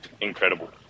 incredible